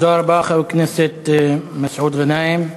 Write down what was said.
תודה רבה לחבר הכנסת מסעוד גנאים.